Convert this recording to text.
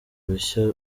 rushya